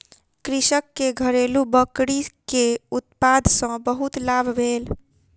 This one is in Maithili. कृषक के घरेलु बकरी के उत्पाद सॅ बहुत लाभ भेल